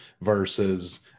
versus